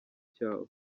cyawe